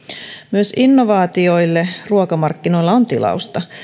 myös innovaatioille ruokamarkkinoilla on tilausta